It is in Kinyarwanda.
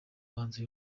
hanze